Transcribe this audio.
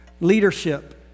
leadership